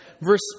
verse